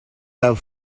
have